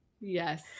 Yes